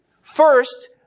First